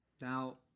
Now